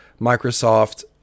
Microsoft